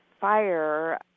fire